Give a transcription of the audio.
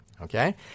okay